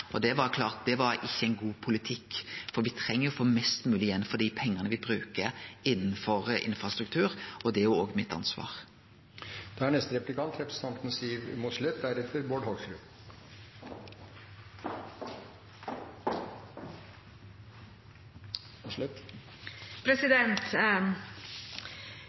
og det var klart at det ikkje var ein god politikk, for me treng å få mest mogleg igjen for dei pengane me bruker innanfor infrastruktur, og det er òg mitt ansvar.